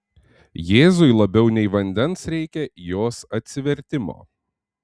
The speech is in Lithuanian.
jėzui labiau nei vandens reikia jos atsivertimo